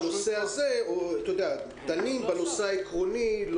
אנחנו דנים בנושא העקרוני.